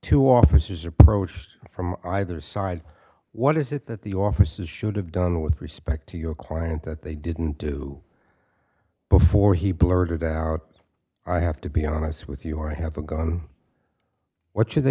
two officers approached from either side what is it that the officers should have done with respect to your client that they didn't do before he blurted out i have to be honest with you or i have a gun what should they